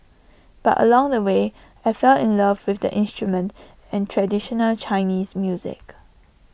but along the way I fell in love with the instrument and traditional Chinese music